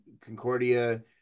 Concordia